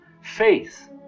faith